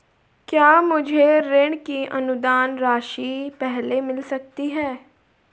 क्या मुझे ऋण की अनुदान राशि पहले मिल सकती है?